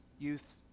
youth